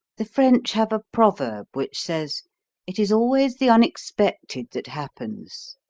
the french have a proverb which says it is always the unexpected that happens.